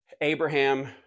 Abraham